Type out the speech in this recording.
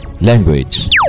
Language